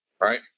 right